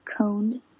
coned